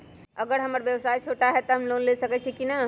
अगर हमर व्यवसाय छोटा है त हम लोन ले सकईछी की न?